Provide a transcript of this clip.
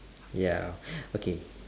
ya okay